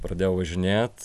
pradėjau važinėt